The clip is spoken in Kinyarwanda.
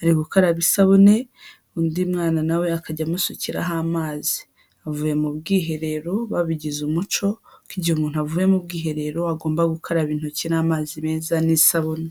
ari gukaraba isabune, undi mwana nawe akajya amusukiraho amazi, avuye mu bwiherero babigize umuco ko igihe umuntu avuye mu bwiherero agomba gukaraba intoki n'amazi meza, n'isabune.